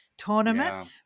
tournament